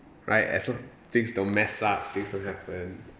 right as long things don't mess up things don't happen